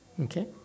Okay